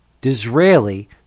...Disraeli